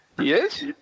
Yes